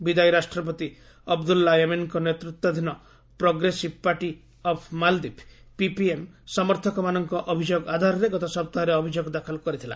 ବିଦାୟୀ ରାଷ୍ଟ୍ରପତି ଅବଦୁଲ୍ଲା ୟାମିନ୍ଙ୍କ ନେତୃତ୍ୱାଧୀନ progressive party of Maldives PPM ସମର୍ଥକମାନଙ୍କ ଅଭିଯୋଗ ଆଧାରରେ ଗତ ସପ୍ତାହରେ ଅଭିଯୋଗ ଦାଖଲ କରିଥିଲା